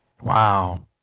Wow